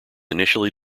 initially